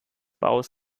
baus